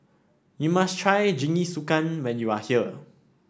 you must try Jingisukan when you are here